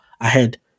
ahead